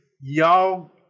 y'all